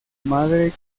madre